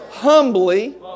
Humbly